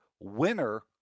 WINNER